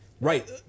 right